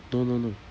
no no no